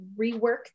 rework